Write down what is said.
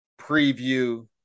preview